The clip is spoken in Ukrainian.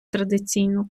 традиційно